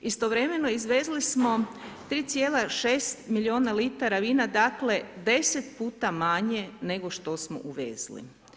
Istovremeno izvezli smo 3,6 milijuna litara vina, dakle 10 puta manje nego što smo uvezli.